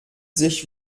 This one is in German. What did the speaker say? sich